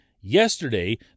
Yesterday